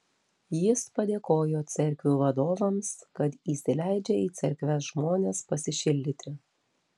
jis padėkojo cerkvių vadovams kad įsileidžia į cerkves žmones pasišildyti